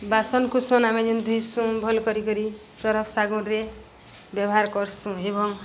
ବାସନ୍କୁୁସନ୍ ଆମେ ଯେନ୍ ଧୁଇସୁଁ ଭୁଲ୍ କରି ସରଫ୍ ଶାଗୁନ୍ରେ ବ୍ୟବହାର୍ କର୍ସୁଁ ଏବଂ